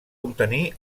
obtenir